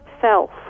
self